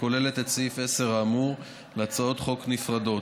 הכוללת את סעיף 10 האמור להצעות חוק נפרדות,